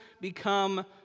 become